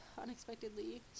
unexpectedly